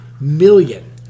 million